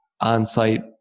on-site